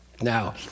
Now